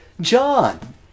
John